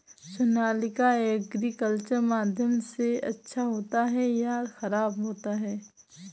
Sonalika agriculture माध्यम से अच्छा होता है या ख़राब होता है?